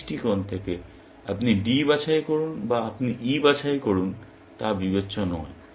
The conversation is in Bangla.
সেই দৃষ্টিকোণ থেকে আপনি D বাছাই করুন বা আপনি E বাছাই করুন তা বিবেচ্য নয়